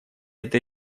этой